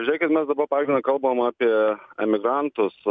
žiūrėkit mes dabar pagrinde kalbam apie emigrantus